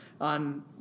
on